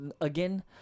Again